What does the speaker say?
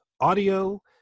audio